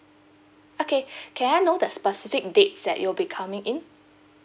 okay can I know the specific dates that you'll be coming in